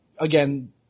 Again